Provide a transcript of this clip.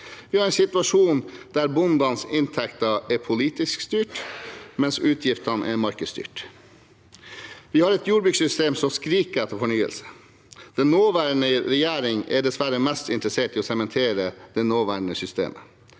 Vi har en situasjon der bondens inntekter er politisk styrt, mens utgiftene er markedsstyrt. Vi har et jordbrukssystem som skriker etter fornyelse. Den nåværende regjering er dessverre mest interessert i å sementere det nåværende systemet.